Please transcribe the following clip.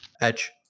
Edge